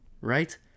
Right